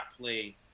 play